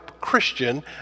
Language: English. Christian